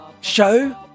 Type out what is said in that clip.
show